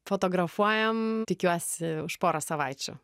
fotografuojam tikiuosi už poros savaičių